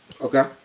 Okay